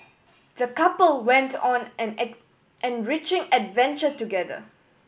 the couple went on an an enriching adventure together